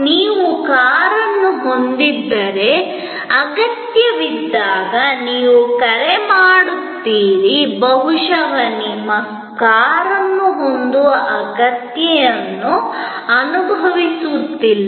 ನೀವು ಕಾರನ್ನು ಹೊಂದಿದ್ದರೆ ಅಗತ್ಯವಿದ್ದಾಗ ಬಹುಶಃ ನೀವು ಕಾರನ್ನು ಹೊಂದುವ ಅಗತ್ಯವನ್ನು ಅನುಭವಿಸುವುದಿಲ್ಲ